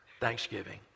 Thanksgiving